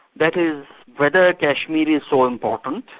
that is whether kashmir is so important,